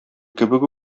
кебек